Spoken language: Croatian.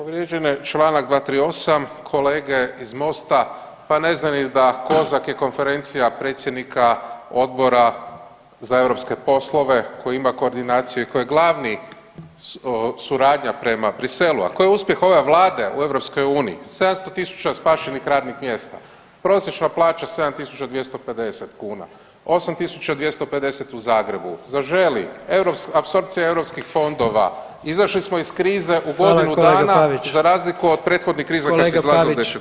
Povrijeđen je čl. 238., kolege iz Mosta, pa ne znaju ni da COSAC je konferencija predsjednika Odbora za europske poslove koji ima koordinaciju i koji je glavni suradnja prema Briselu, a koji je uspjeh ove vlade u EU, 700.000 spašenih radnih mjesta, prosječna plaća 7.250 kuna, 8.250 u Zagrebu Zaželi“, apsorpcija europskih fondova, izašli smo iz krize u godinu dana [[Upadica: Hvala kolega Paviću]] za razliku od prethodnih kriza kad se izlazilo 10.g.